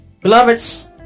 Beloveds